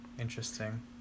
interesting